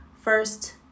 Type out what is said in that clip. first